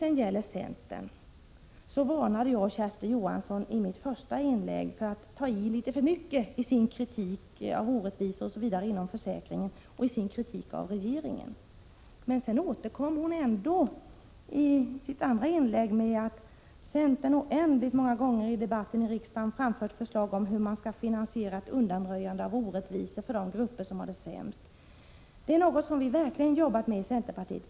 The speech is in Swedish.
När det gäller centern varnade jag i mitt första inlägg Kersti Johansson för att tai för mycket i sin kritik av orättvisor inom försäkringen och i sin kritik av regeringen. Hon återkom ändå i sitt andra inlägg med att säga att centern: ”-——- oändligt många gånger i riksdagen framfört förslag om hur man skall finansiera ett undanröjande av orättvisor för de grupper som har det sämst. Det är något som vi verkligen har jobbat med i centerpartiet.